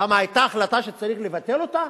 למה, היתה החלטה שצריך לבטל אותה?